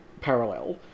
parallel